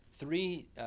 three